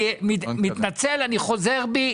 אני מתנצל, אני חוזר בי.